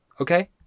okay